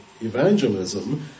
evangelism